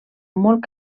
molt